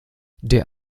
der